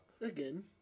Again